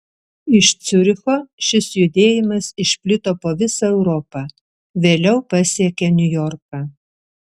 iš ciuricho šis judėjimas išplito po visą europą vėliau pasiekė niujorką